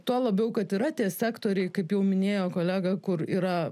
tuo labiau kad yra tie sektoriai kaip jau minėjo kolega kur yra